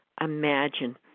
imagine